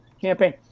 campaign